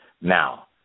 Now